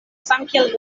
samkiel